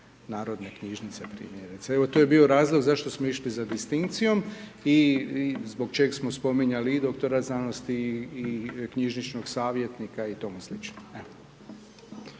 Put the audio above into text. Narodne knjižnice. Evo to je bio razlog zašto smo išli za distinkcijom i zbog čeg smo spominjali i doktorat znanosti i knjižničnog savjetnika i tome slično.